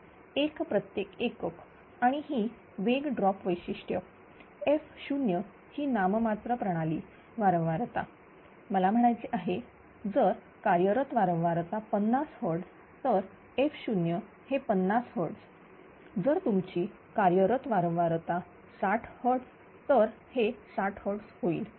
तर 1 प्रत्येक एकक आणि ही वेग ड्रॉप वैशिष्ट्य f0 ही नाम मात्र प्रणाली वारंवारता मला म्हणायचे आहे जरकार्यरत वारंवारता 50 Hz तर f0 हे 50 Hz जर तुमची कार्यरत वारंवारता 60 Hz तर हे 60 Hz होईल